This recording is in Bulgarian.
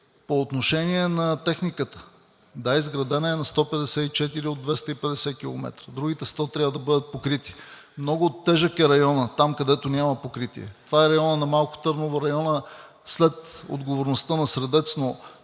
По отношение на техниката. Да, изградена е на 154 от 250 км, другите 100 трябва да бъдат покрити. Много е тежък районът там, където няма покритие – това е районът на Малко Търново, районът след отговорността на Средец,